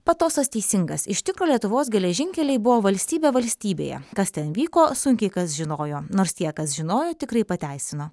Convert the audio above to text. patosas teisingas iš tikro lietuvos geležinkeliai buvo valstybė valstybėje kas ten vyko sunkiai kas žinojo nors tie kas žinojo tikrai pateisino